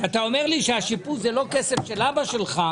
כשאתה אומר לי שהשיפוץ זה לא כסף של אבא שלך,